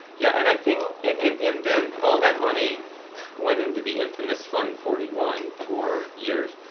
yeah. and i think and and then, all that money went into the infamous fund forty one for years.